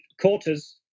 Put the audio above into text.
quarters